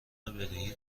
بدهی